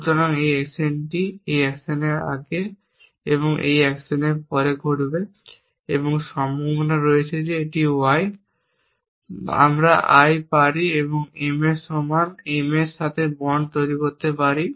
সুতরাং এই অ্যাকশনটি এই অ্যাকশনের আগে এই অ্যাকশনের পরে ঘটবে এবং সম্ভাবনা রয়েছে যে এই y I পারি আমরা M এর সমান বা M এর সাথে বন্ড তৈরি করতে পারি